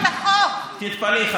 איך זה קורה בלי החלטת קבינט?